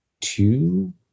two